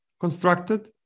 constructed